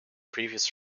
previous